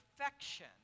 affection